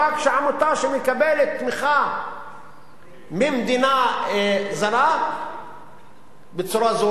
רק שעמותה שמקבלת תמיכה ממדינה זרה בצורה זו